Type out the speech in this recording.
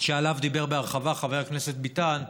שעליו דיבר בהרחבה חבר הכנסת ביטן,